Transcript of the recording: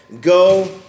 go